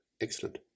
Excellent